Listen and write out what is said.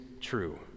true